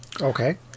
Okay